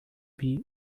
will